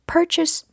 Purchase